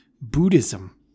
Buddhism